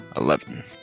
Eleven